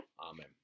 Amen